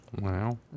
Wow